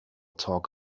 talk